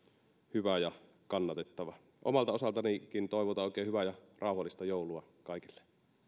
hyvä ja kannatettava omalta osaltanikin toivotan oikein hyvää ja rauhallista joulua kaikille